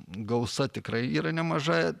gausa tikrai yra nemaža